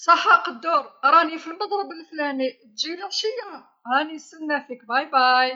صحا قدور، راني في المضرب الفلاني تجي العشية؟ راني نسنى فيك باي باي.